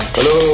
Hello